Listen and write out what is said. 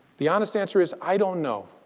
the honest answer is, i don't know.